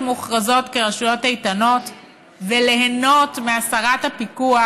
מוכרזות כרשויות איתנות וליהנות מהסרת הפיקוח